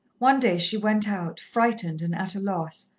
one day she went out, frightened and at a loss,